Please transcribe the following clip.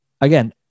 Again